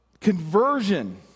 conversion